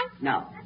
No